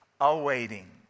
Awaiting